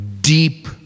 deep